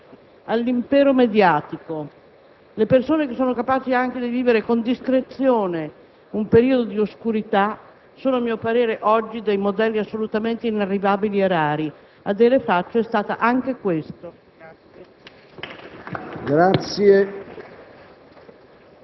e la sua capacità di sottrarsi all'impero mediatico. Le persone che sono capaci di vivere con discrezione un periodo di oscurità sono oggi, a mio parere, dei modelli assolutamente inarrivabili e rari. Adele Faccio è stata anche questo.